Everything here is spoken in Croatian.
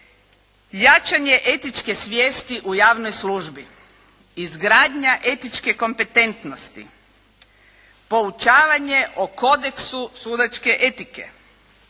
jačanje etičke svijesti u javnoj službi, izgradnja etičke kompetentnosti, poučavanje o kodeksu sudačke etike,